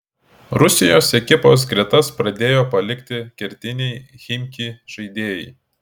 rusijos ekipos gretas pradėjo palikti kertiniai chimki žaidėjai